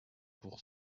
pour